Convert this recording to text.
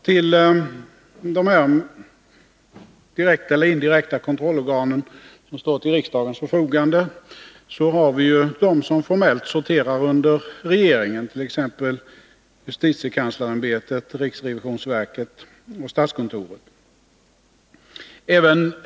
Till de direkta eller indirekta kontrollorgan som står till riksdagens förfogande har vi också dem som formellt sorterar under regeringen, t.ex. justitiekanslersämbetet, riksrevisionsverket och statskontoret.